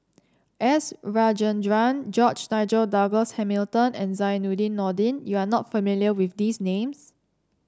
S Rajendran George Nigel Douglas Hamilton and Zainudin Nordin you are not familiar with these names